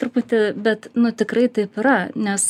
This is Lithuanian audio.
truputį bet nu tikrai taip yra nes